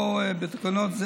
או בתקנות,